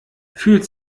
fühlt